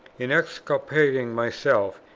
in exculpating myself,